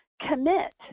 commit